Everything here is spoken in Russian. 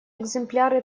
экземпляры